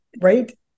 Right